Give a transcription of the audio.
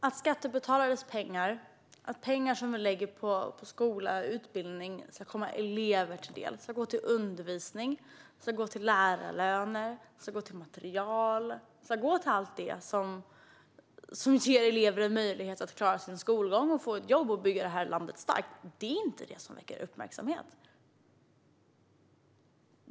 Herr talman! Att skattepengar som läggs på skola och utbildning ska komma eleverna till del, att de ska gå till undervisning, att de ska gå till lärarlöner, ska gå till materiel och till allt det som gör det möjligt för elever att klara sin skolgång, få ett jobb och bygga det här landet starkt, det är inte detta som väcker uppmärksamhet.